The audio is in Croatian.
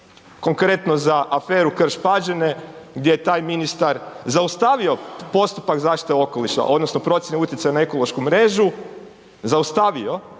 Konkretno, za aferu Krš Pađene, gdje je taj ministar zaustavio postupak zaštite okoliša odnosno procjene utjecaja na ekološku mrežu, zaustavio,